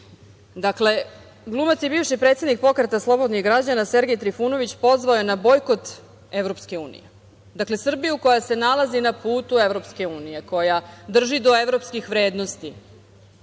redu. Dakle, glumac i bivši predsednik Pokreta slobodnih građana Sergej Trifunović pozvao je na bojkot EU. Dakle, Srbiju koja se nalazi na putu EU, koja drži do evropskih vrednosti,